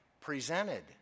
presented